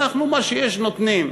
אנחנו, מה שיש, נותנים.